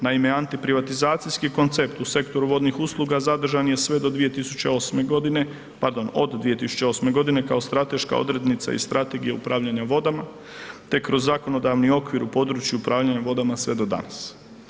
Naime, anti privatizacijski koncept u sektoru vodnih usluga zadržan je sve do 2008.g., pardon, od 2008.g. kao strateška odrednica i strategije upravljanja vodama, te kroz zakonodavni okvir u području upravljanja vodama sve do danas.